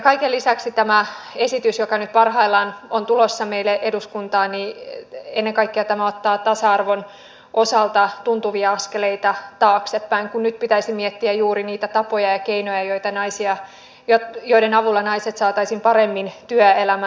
kaiken lisäksi tämä esitys joka nyt parhaillaan on tulossa meille eduskuntaan ottaa ennen kaikkea tasa arvon osalta tuntuvia askeleita taaksepäin kun nyt pitäisi miettiä juuri niitä tapoja ja keinoja joiden avulla naiset saataisiin paremmin työelämään